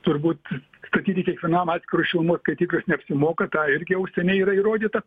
turbūt statyti kiekvienam atskirus šilumos skaitiklius neapsimoka tą irgi jau seniai yra įrodyta